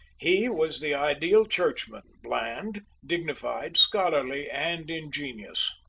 he was the ideal churchman, bland, dignified, scholarly, and ingenious.